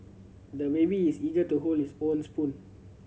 the baby is eager to hold his own spoon